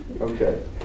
Okay